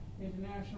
international